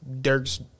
Dirk's